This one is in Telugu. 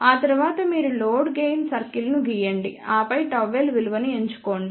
ఆ తరువాత మీరు లోడ్ గెయిన్ సర్కిల్ను గీయండి ఆపై ΓL విలువను ఎంచుకోండి